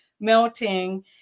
melting